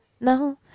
No